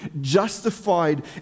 justified